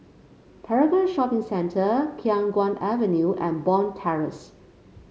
Paragon Shopping Centre Khiang Guan Avenue and Bond Terrace